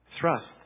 thrust